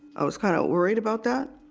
i was kind of worried about that,